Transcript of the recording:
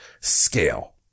scale